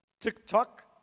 TikTok